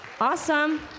Awesome